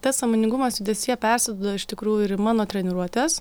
tas sąmoningumas judesyje persėdo iš tikrųjų ir į mano treniruotes